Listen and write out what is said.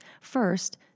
First